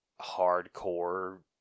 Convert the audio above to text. hardcore